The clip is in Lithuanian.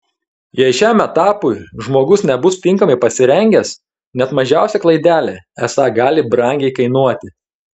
jei šiam etapui žmogus nebus tinkamai pasirengęs net mažiausia klaidelė esą gali brangiai kainuoti